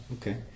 okay